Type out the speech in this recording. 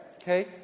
Okay